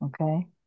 Okay